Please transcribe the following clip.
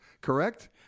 Correct